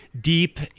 deep